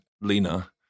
Lena